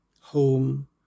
home